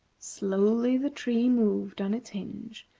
slowly the tree moved on its hinge,